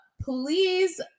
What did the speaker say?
please